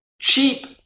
cheap